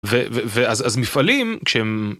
אז מפעלים כשהם